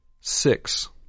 Six